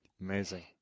amazing